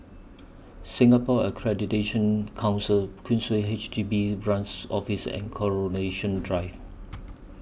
Singapore Accreditation Council Queensway H D B Branch Office and Coronation Drive